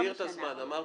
להגדיר את הזמן, אמרתי.